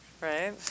right